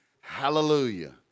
Hallelujah